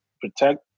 protect